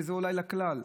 וזה אולי לכלל.